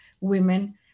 women